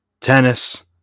tennis